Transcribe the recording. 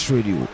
Radio